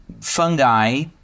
fungi